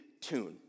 tune